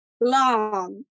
long